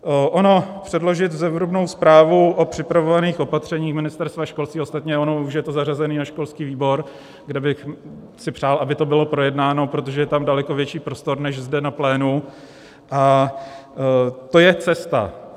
Ono předložit zevrubnou zprávu o připravovaných opatřeních Ministerstva školství, ostatně ono už je to zařazené na školský výbor, kde bych si přál, aby to bylo projednáno, protože je tam daleko větší prostor než zde na plénu, a to je cesta.